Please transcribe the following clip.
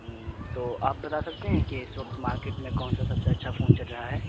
تو آپ بتا سکتے ہیں کہ اس وقت مارکٹ میں کون سا سب سے اچھا فون چل رہا ہے